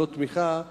לא תמיכה,